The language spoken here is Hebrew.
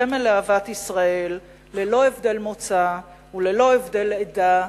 סמל לאהבת ישראל, ללא הבדל מוצא וללא הבדל עדה,